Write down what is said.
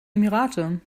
emirate